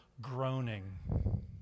groaning